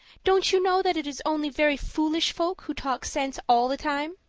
don't you know that it is only very foolish folk who talk sense all the time?